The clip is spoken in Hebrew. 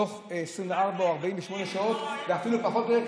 תוך 24 או 48 שעות ואפילו פחות מזה,